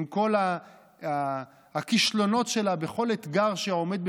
עם כל הכישלונות שלה בכל אתגר שעומד בפניה,